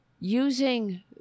using